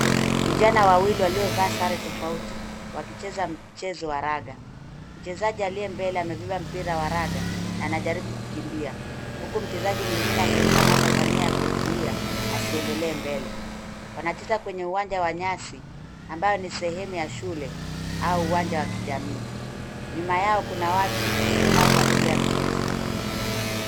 Vijana wawili waliovaa sare tofauti wakicheza mchezo wa raga. Mchezaji aliye mbele amebeba mpira wa raga na anajaribu kukimbia huku mchezaji mwingine akimkamata kwa akimzua asiendele mbele. Anacheza kwenye uwanja ya nyasi ambayo ni sehemu ya shule au uwanja wa kijamii. Nyuma yao kuna watu wanafuatilia mchezo.